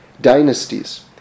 dynasties